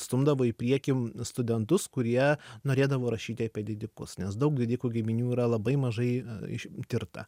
stumdavo į priekį studentus kurie norėdavo rašyti apie didikus nes daug didikų giminių yra labai mažai ištirta